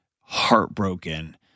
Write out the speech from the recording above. heartbroken